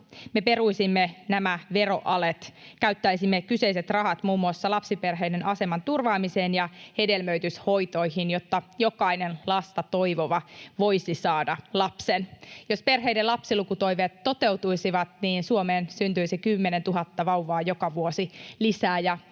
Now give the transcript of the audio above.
Me peruisimme nämä veroalet, käyttäisimme kyseiset rahat muun muassa lapsiperheiden aseman turvaamiseen ja hedelmöityshoitoihin, jotta jokainen lasta toivova voisi saada lapsen. Jos perheiden lapsilukutoiveet toteutuisivat, niin Suomeen syntyisi 10 000 vauvaa joka vuosi lisää,